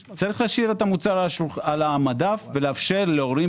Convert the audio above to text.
יש להשאיר את המוצר על המדף ולאפשר להורים